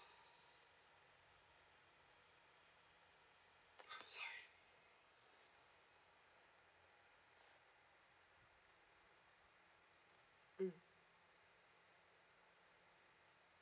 I'm sorry mm